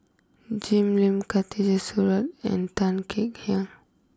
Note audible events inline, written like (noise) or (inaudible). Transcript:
Jim Lim Khatijah (unintelligible) and Tan Kek Hiang